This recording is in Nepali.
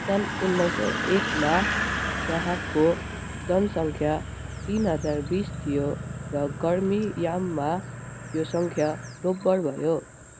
सन् उन्नाइस सौ एकमा यहाँको जनसङ्ख्या तिन हजार बिस थियो थियो र गर्मी याममा यो सङ्ख्या दोब्बर भयो